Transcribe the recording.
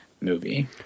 movie